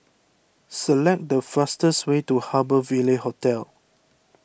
select the fastest way to Harbour Ville Hotel